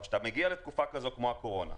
כשמגיעים לתקופה כמו הקורונה,